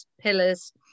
pillars